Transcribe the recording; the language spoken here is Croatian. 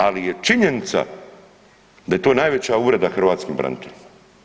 Ali je činjenica da to najveća uvreda hrvatskim braniteljima.